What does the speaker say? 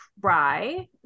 try